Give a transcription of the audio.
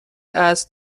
است